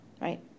right